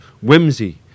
whimsy